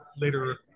later